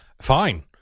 Fine